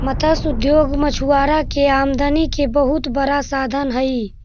मत्स्य उद्योग मछुआरा के आमदनी के बहुत बड़ा साधन हइ